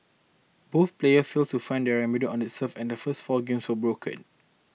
both players failed to find on their serve and the first four games were broken